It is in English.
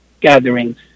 gatherings